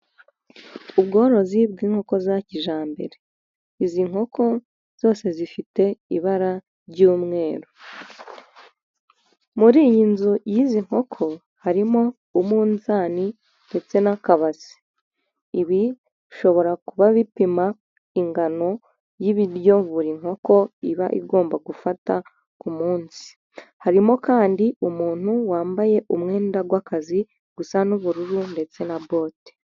Ubworozi bw'inko za kijyambere. Izi nkoko zose zifite ibara ry'umweru. Muri iyi nzu y'izi nkoko, harimo umunzani ndetse n'akabasi, ibi bishobora kuba bipima ingano y'ibiryo buri nkoko iba igomba gufata ku munsi. Harimo kandi umuntu wambaye umwenda w'akazi usa n'ubururu, ndetse na bote.